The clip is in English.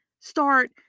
Start